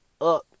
up